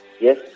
yes